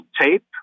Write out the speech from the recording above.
tape